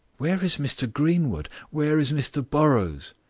where is mr greenwood? where is mr burrows?